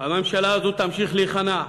הממשלה הזאת תמשיך להיכנע,